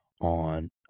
on